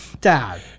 Dad